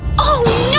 oh